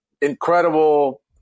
incredible